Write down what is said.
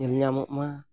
ᱧᱮᱞ ᱧᱟᱢᱚᱜ ᱢᱟ